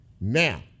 Now